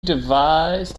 devised